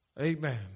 Amen